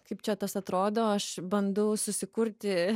kaip čia tas atrodo aš bandau susikurti